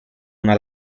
una